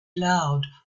loud